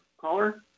caller